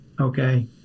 okay